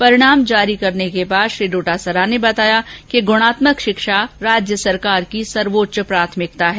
परिणाम जारी करने के बाद श्री डोटासरा ने बताया कि ग्णात्मक शिक्षा राज्य सरकार की सर्वोच्च प्राथमिकता है